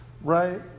right